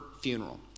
funeral